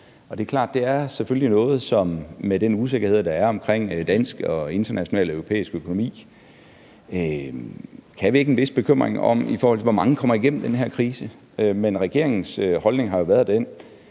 at det selvfølgelig er noget, som med den usikkerhed, der er omkring dansk og international og europæisk økonomi, kan vække en vis bekymring, i forhold til hvor mange der kommer igennem den her krise. Men regeringens holdning har jo været den,